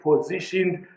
positioned